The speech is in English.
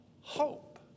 hope